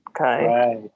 okay